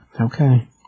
Okay